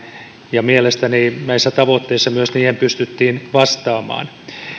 mielestäni näihin tavoitteisiin myös pystyttiin vastaamaan